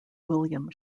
william